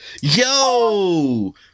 Yo